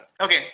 Okay